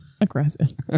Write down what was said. Aggressive